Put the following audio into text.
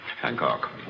Hancock